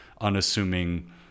unassuming